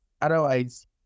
otherwise